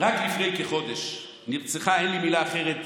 רק לפני כחודש נרצחה, אין לי מילה אחרת,